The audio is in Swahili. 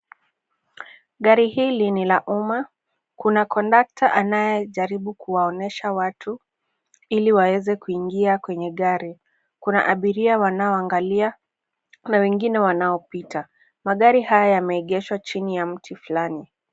Gari hili ni la umma. Kuna kondakta anayejaribu kuwaonyesha watu ili waweze kuingia kwenye gari. Kuna abiria wanaoangalia, kuna wengine wanaopita. Magari haya yameegeshwa chini ya mti fulani.